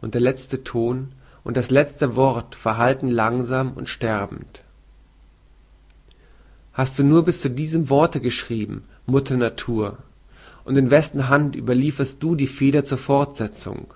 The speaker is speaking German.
und der lezte ton und das lezte wort verhallten langsam und sterbend hast du nur bis zu diesem worte geschrieben mutter natur und in wessen hand überlieferst du die feder zur fortsetzung